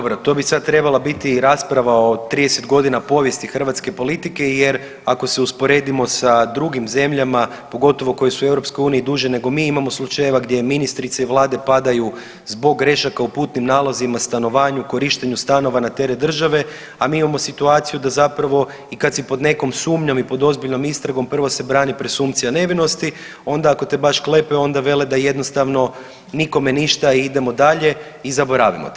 Pa dobro, to bi sad trebala biti rasprava o 30.g. povijesti hrvatske politike jer ako se usporedimo sa drugim zemljama, pogotovo koje su u EU duže nego mi, imamo slučajeva gdje ministrice i vlade padaju zbog grešaka u putnim nalozima, stanovanju, korištenju stanova na teret države, a mi imamo situaciju da zapravo i kad si pod nekom sumnjom i pod ozbiljnom istragom prvo se brani presumpcija nevinosti, onda ako te baš klepe onda vele da jednostavno nikome ništa idemo dalje i zaboravimo te.